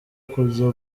kuza